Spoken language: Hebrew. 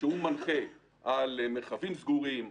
שהוא מנחה על מרחבים סגורים,